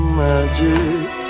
magic